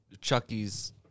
Chucky's